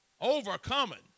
Overcoming